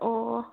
ꯑꯣ